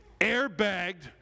airbagged